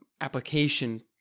application